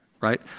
right